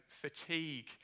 fatigue